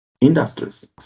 industries